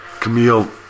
Camille